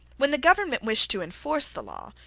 when the government wished to enforce the law,